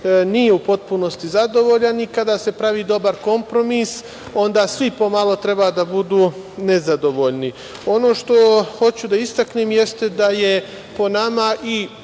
nije u potpunosti zadovoljan i kada se pravi dobar kompromis, onda svi po malo treba da budu nezadovoljni. Ono što hoću da istaknem jeste da je po nama i